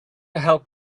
help